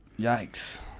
yikes